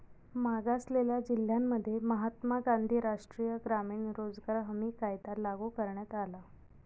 मागासलेल्या जिल्ह्यांमध्ये महात्मा गांधी राष्ट्रीय ग्रामीण रोजगार हमी कायदा लागू करण्यात आला